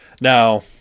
Now